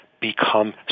become